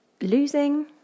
losing